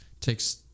takes